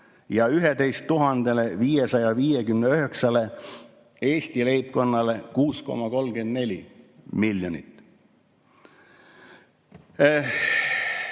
ja 11 559‑le Eesti leibkonnale 6,34 miljonit.